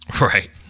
right